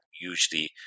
usually